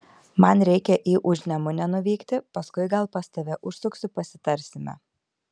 man reikia į užnemunę nuvykti paskui gal pas tave užsuksiu pasitarsime